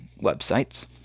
websites